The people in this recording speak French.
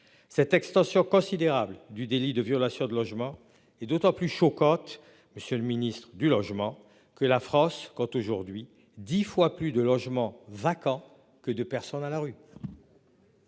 Cette extension considérable du délit de violation de logement et d'autant plus chocottes. Monsieur le Ministre du logement que la France compte aujourd'hui 10 fois plus de logements vacants que de personnes à la rue.